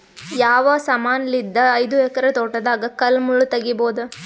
ಯಾವ ಸಮಾನಲಿದ್ದ ಐದು ಎಕರ ತೋಟದಾಗ ಕಲ್ ಮುಳ್ ತಗಿಬೊದ?